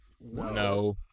No